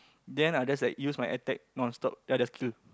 then I just like use my attack non stop then I just kill